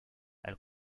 elle